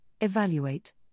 evaluate